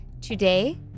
Today